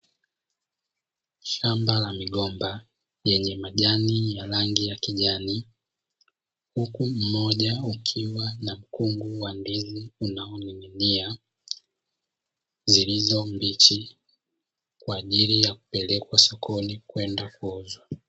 Shamba la migomba lenye majani ya rangi ya kijani, huku mmoja ukiwa na mkungu wa ndizi unaoning'inia, zilizombichi kwa ajili ya kupelekwa sokoni kwenda kuuzwa.